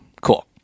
Cool